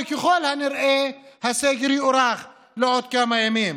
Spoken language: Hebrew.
וככל הנראה הסגר יוארך לעוד כמה ימים.